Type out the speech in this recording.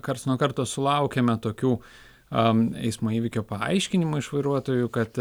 karts nuo karto sulaukiame tokių eismo įvykio paaiškinimų iš vairuotojų kad